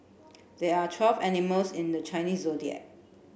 there are twelve animals in the Chinese Zodiac